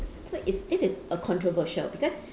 so is this is a controversial because